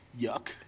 Yuck